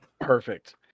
Perfect